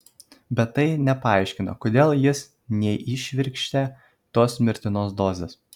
bet tai nepaaiškina kodėl jis neįšvirkštė tos mirtinos dozės